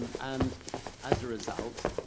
and as a result,